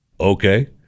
Okay